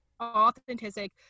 authentic